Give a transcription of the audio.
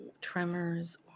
Tremors